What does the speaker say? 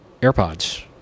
AirPods